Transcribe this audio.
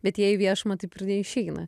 bet jie į viešumą taip ir neišeina